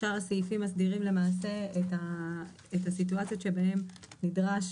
שאר הסעיפים מסדירים למעשה את הסיטואציות שבהן נדרש